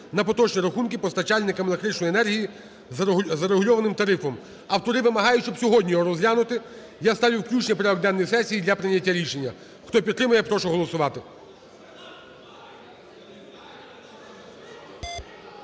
на поточні рахунки постачальникам електричної енергії за регульованим тарифом. Автори вимагають, щоб сьогодні його розглянути. Я ставлю включення у порядок сесії для прийняття рішення. Хто підтримує, прошу голосувати.